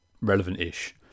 relevant-ish